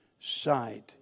sight